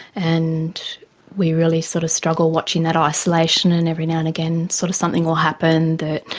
and we really sort of struggle watching that isolation. and every now and again sort of something will happen that,